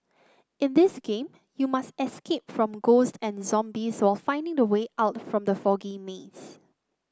in this game you must escape from ghosts and zombies while finding the way out from the foggy maze